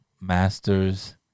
Masters